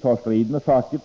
ta strid med facket.